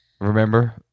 Remember